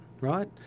right